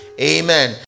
amen